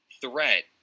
threat